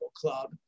club